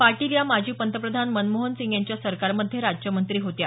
पाटील या माजी पंतप्रधान मनमोहन सिंग यांच्या सरकारमध्ये राज्यमंत्री होत्या